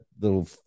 little